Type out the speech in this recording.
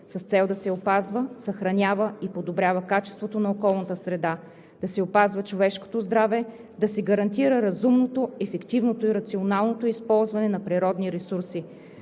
с цел да се опазва, съхранява и подобрява качеството на околната среда, да се опазва човешкото здраве, да се гарантира разумното, ефективното и рационалното използване на природните ресурси,